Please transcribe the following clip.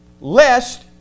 lest